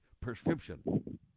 prescription